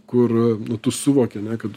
kur nu tu suvoki ane kad